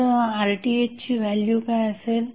तर RTh ची value काय असेल